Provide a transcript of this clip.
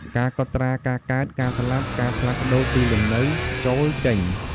ការកត់ត្រាការកើត ការស្លាប់ ការផ្លាស់ប្តូរទីលំនៅចូល-ចេញ។